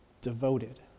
devoted